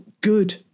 good